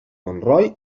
montroi